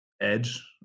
edge